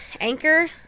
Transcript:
anchor